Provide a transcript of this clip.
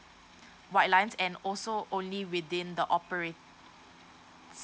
white lines and also only within the operates